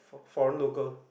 foreign local